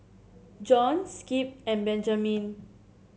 Jon Skip and Benjamine